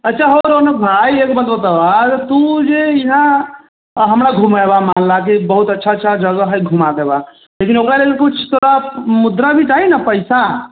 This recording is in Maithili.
अच्छा हौ रौनक भाय एक बात बताबह तू जे इहाँ हमरा घुमेबह मानि लह कि बहुत अच्छा अच्छा जगह हइ घुमा देबह लेकिन ओकरा लेल किछु तऽ मुद्रा भी चाही ने पैसा